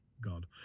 God